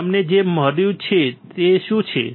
તમને જે મળ્યું છે તે શું છે